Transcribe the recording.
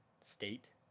state